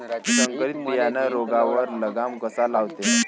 संकरीत बियानं रोगावर लगाम कसा लावते?